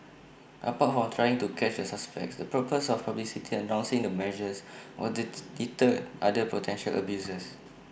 apart from trying to catch the suspects the purpose of publicly announcing the measures was to deter other potential abusers